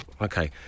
Okay